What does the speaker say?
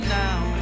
now